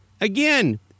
Again